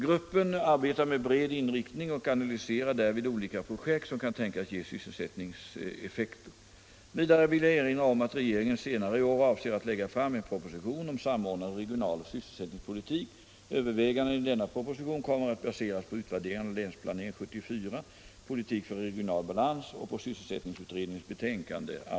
Gruppen arbetar med bred inriktning och analyserar därvid olika projekt som kan tänkas ge sysselsättningseffekter.